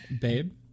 babe